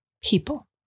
people